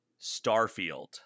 starfield